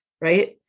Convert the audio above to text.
Right